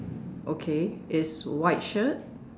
okay it's white shirt